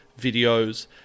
videos